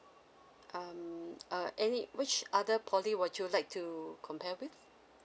um err any which other poly would you like to compare with